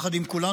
יחד עם כולנו,